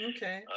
Okay